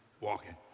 walking